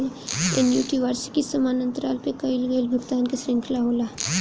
annuity वार्षिकी समान अंतराल पअ कईल गईल भुगतान कअ श्रृंखला होला